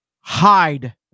hide